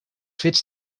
fets